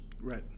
Right